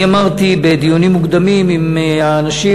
אני אמרתי בדיונים מוקדמים עם האנשים,